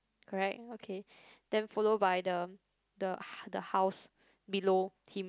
correct okay then follow by the the the house below him